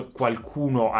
qualcuno